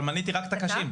אבל מניתי רק את הקשים.